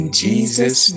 jesus